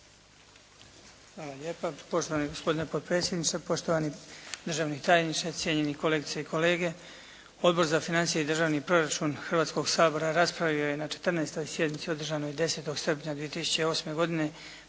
Hvala lijepa poštovani gospodine potpredsjedniče, poštovani državni tajniče, cijenjeni kolegice i kolege. Odbor za financije i državni proračun Hrvatskog sabora raspravio je na 14. sjednici održanoj 10. srpnja 2008. godine